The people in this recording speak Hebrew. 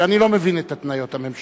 שאני לא מבין את התניות הממשלה.